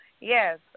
Yes